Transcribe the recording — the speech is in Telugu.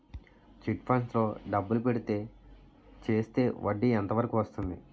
చిట్ ఫండ్స్ లో డబ్బులు పెడితే చేస్తే వడ్డీ ఎంత వరకు వస్తుంది?